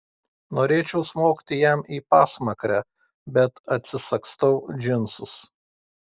norėčiau smogti jam į pasmakrę bet atsisagstau džinsus